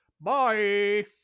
Bye